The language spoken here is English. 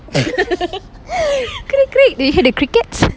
do you hear the crickets